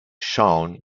shown